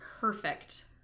Perfect